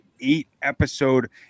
eight-episode